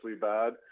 bad